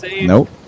Nope